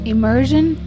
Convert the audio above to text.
Immersion